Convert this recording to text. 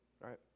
right